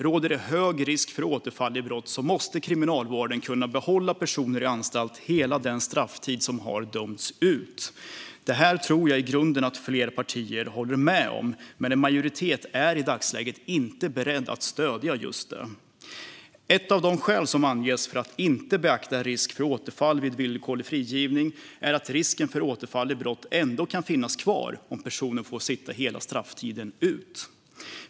Råder det hög risk för återfall i brott måste Kriminalvården kunna behålla personer i anstalt under hela den strafftid som dömts ut. Detta tror jag att fler partier i grunden håller med om, men en majoritet är inte i dagsläget beredd att stödja det. Ett av de skäl som anges för att inte beakta risk för återfall vid villkorlig frigivning är att risken för återfall i brott kan finnas kvar även om personen fått sitta hela strafftiden.